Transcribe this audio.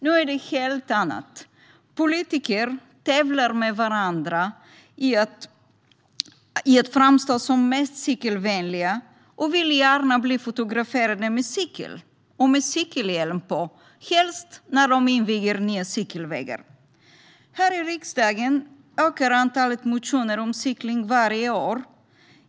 Nu är det helt annorlunda - politiker tävlar med varandra i att framstå som mest cykelvänliga och vill gärna bli fotograferade med cykel och med cykelhjälm på, helst när de inviger nya cykelvägar. Här i riksdagen ökar antalet motioner om cykling varje år.